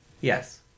Yes